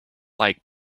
like